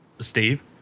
Steve